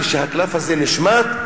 כשהקלף הזה נשמט,